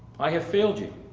i have failed you